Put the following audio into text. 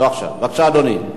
בבקשה, אדוני.